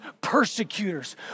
persecutors